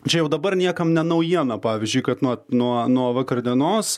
čia jau dabar niekam ne naujiena pavyzdžiui kad nuo nuo nuo vakar dienos